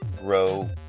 grow